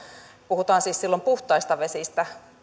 puhutaan siis silloin puhtaista vesistä